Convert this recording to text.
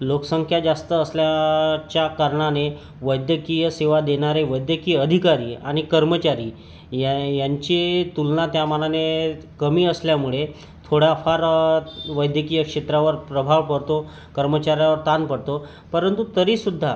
लोकसंख्या जास्त असल्याच्या कारणाने वैद्यकीय सेवा देणारे वैद्यकीय अधिकारी आणि कर्मचारी या यांची तुलना त्या मानाने कमी असल्यामुळे थोड्याफार वैद्यकीय क्षेत्रावर प्रभाव पडतो कर्मचाऱ्यावर ताण पडतो परंतु तरीसुद्धा